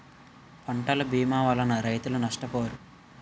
పంటల భీమా వలన రైతులు నష్టపోరు